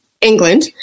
England